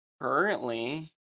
Currently